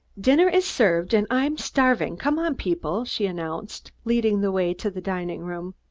dinner is served, and i'm starving. come on, people! she announced, leading the way to the dining-room.